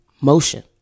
motion